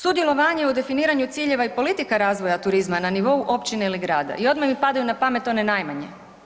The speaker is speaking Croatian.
Sudjelovanje u definiranju ciljeva i politika razvoja turizma na nivou općine ili grada.“ I odma mi padaju na pamet one najmanje.